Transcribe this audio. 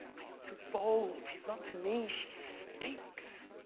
i am too bold, tis not to me she speaks